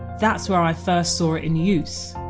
that's where i first saw it in use.